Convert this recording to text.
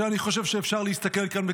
אני חושב שאפשר להסתכל כאן,